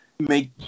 make